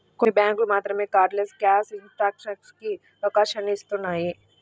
కొన్ని బ్యేంకులు మాత్రమే కార్డ్లెస్ క్యాష్ ట్రాన్సాక్షన్స్ కి అవకాశాన్ని ఇత్తన్నాయి